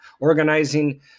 organizing